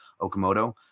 Okamoto